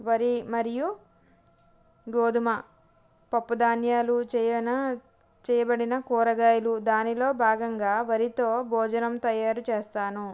వరి మరియు గోధుమ పప్పు ధాన్యాలు చేయనా చేయబడిన కూరగాయలు దానిలో భాగంగా వరితో భోజనం తయారు చేస్తాను